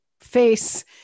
face